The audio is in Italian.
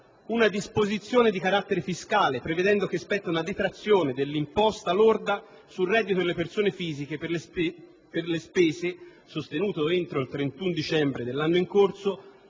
una disposizione di carattere fiscale, prevedendo che spetta una detrazione dell'imposta lorda sul reddito delle persone fisiche per le spese sostenute entro il 31 dicembre dell'anno in corso